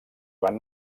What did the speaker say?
van